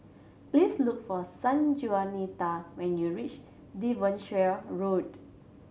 please look for Sanjuanita when you reach Devonshire Road